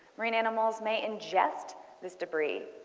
marine animals may ingest this debris.